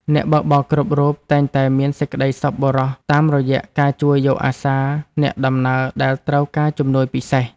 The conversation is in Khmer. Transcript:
អ្នកបើកបរគ្រប់រូបតែងមានសេចក្ដីសប្បុរសតាមរយៈការជួយយកអាសាអ្នកដំណើរដែលត្រូវការជំនួយពិសេស។